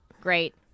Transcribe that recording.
Great